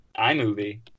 iMovie